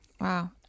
Wow